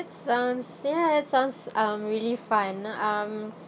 that's sounds ya that sounds um really fun um